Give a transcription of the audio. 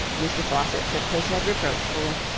mr. faucitt shook his head reproachfully.